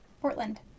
Portland